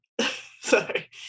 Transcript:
sorry